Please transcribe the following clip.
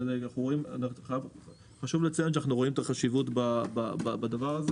וחשוב לציין שאנחנו רואים את החשיבות בדבר הזה